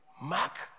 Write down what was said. Mark